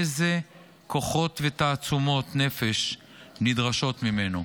איזה כוחות ותעצומות נפש נדרשים ממנו.